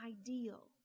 ideal